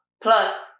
Plus